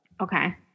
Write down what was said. Okay